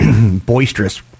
boisterous